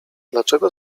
dlaczego